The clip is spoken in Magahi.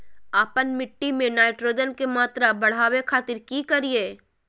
आपन मिट्टी में नाइट्रोजन के मात्रा बढ़ावे खातिर की करिय?